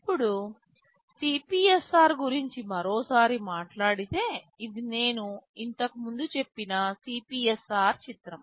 ఇప్పుడు CPSR గురించి మరోసారి మాట్లాడితే ఇది నేను ఇంతకు ముందు చెప్పిన CPSR చిత్రం